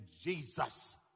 Jesus